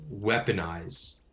weaponize